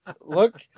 look